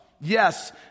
Yes